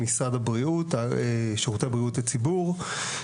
שירותי בריאות הציבור.